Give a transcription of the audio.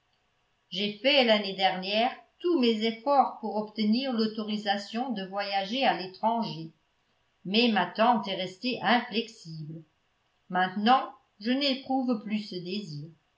j'ai fait l'année dernière tous mes efforts pour obtenir l'autorisation de voyager à l'étranger mais ma tante est restée inflexible maintenant je n'éprouve plus ce désir